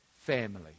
family